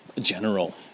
General